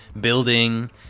building